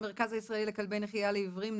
המרכז הישראלי לכלבי נחייה לעיוורים,